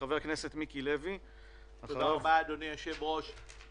ח"כ מיקי לוי, אחריו אילן